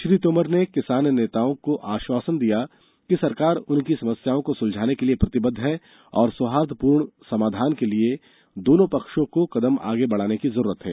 श्री तोमर ने किसान नेताओं को आश्वासन दिया कि सरकार उनकी समस्याओं को सुलझाने के लिए प्रतिबद्ध है और सौहार्दपूर्ण समाधान के लिए दोनों पक्षों को कदम आगे बढाने की जरूरत है